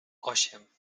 osiem